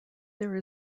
there